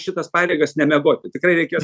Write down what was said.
šitas pareigas nemiegoti tikrai reikės